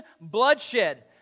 bloodshed